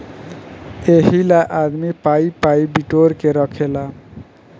एहिला आदमी पाइ पाइ बिटोर के रखेला